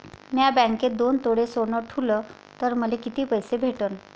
म्या बँकेत दोन तोळे सोनं ठुलं तर मले किती पैसे भेटन